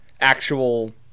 actual